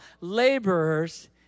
laborers